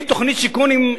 עם תוכנית שיכון,